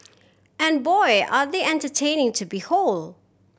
and boy are they entertaining to behold